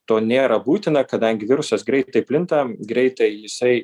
to nėra būtina kadangi virusas greitai plinta greitai jisai